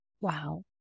Wow